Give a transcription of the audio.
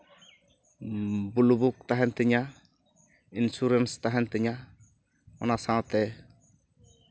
ᱵᱩᱞᱩ book ᱛᱟᱦᱮᱱ ᱛᱤᱧᱟᱹ insurance ᱛᱟᱦᱮᱱ ᱛᱤᱧᱟᱹ ᱚᱱᱟ ᱥᱟᱶᱛᱮ